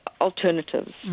alternatives